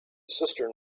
cistern